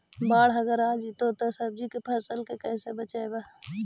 बाढ़ अगर आ जैतै त सब्जी के फ़सल के कैसे बचइबै?